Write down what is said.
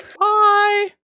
Bye